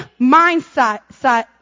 mindset